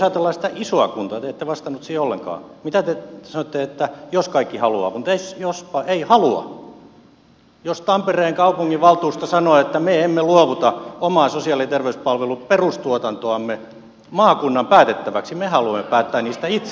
te ette vastannut siihen ollenkaan mitähän te sanoitte että jos kaikki haluavat mutta jospa eivät halua jos tampereen kaupunginvaltuusto sanoo että me emme luovuta omaa sosiaali ja terveyspalvelun perustuotantoamme maakunnan päätettäväksi me haluamme päättää niistä itse